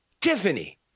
Tiffany